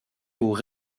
aux